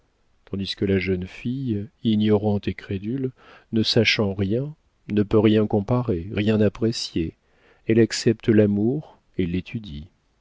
tandis que la jeune fille ignorante et crédule ne sachant rien ne peut rien comparer rien apprécier elle accepte l'amour et l'étudie